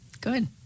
Good